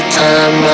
time